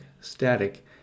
static